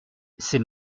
c’est